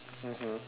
mmhmm